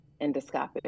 endoscopic